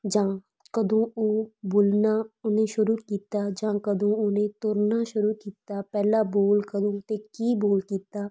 ਜਾਂ ਕਦੋਂ ਉਹ ਬੋਲਣਾ ਉਹਨੇ ਸ਼ੁਰੂ ਕੀਤਾ ਜਾਂ ਕਦੋਂ ਉਹਨੇ ਤੁਰਨਾ ਸ਼ੁਰੂ ਕੀਤਾ ਪਹਿਲਾ ਬੋਲ ਕਦੋਂ ਤੇ ਕੀ ਬੋਲ ਕੀਤਾ